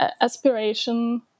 aspiration